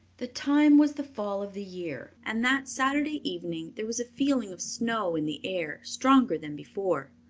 the time was the fall of the year, and that saturday evening there was a feeling of snow in the air stronger than before.